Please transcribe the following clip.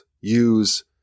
use